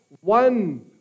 one